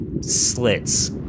slits